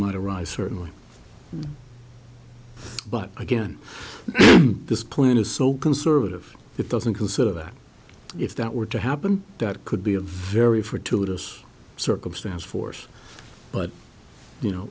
might arise certainly but again this plan is so conservative it doesn't consider that if that were to happen that could be a very fertility us circumstance force but you know